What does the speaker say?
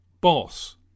boss